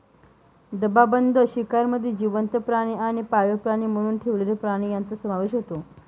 डबाबंद शिकारमध्ये जिवंत प्राणी आणि पाळीव प्राणी म्हणून ठेवलेले प्राणी यांचा समावेश होतो